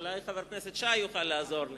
אולי חבר הכנסת שי יוכל לעזור לי.